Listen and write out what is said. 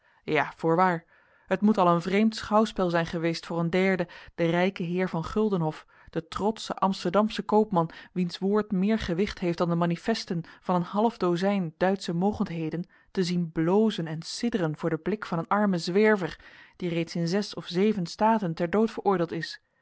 ja voorwaar het moet al een vreemd schouwspel zijn geweest voor een derde den rijken heer van guldenhof den trotschen amsterdamschen koopman wiens woord meer gewicht heeft dan de manifesten van een half dozijn duitsche mogendheden te zien blozen en sidderen voor den blik van een armen zwerver die reeds in zes of zeven staten ter dood veroordeeld is